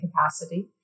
capacity